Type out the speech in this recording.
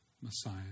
Messiah